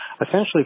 essentially